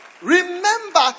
remember